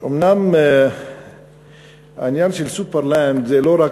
אומנם העניין של "סופרלנד" זה לא רק,